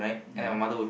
yeah